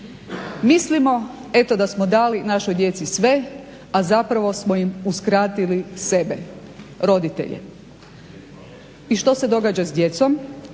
Mislimo eto da smo dali našoj djeci sve, a zapravo smo im uskratili sebe, roditelje. I što se događa s djecom?